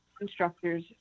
instructors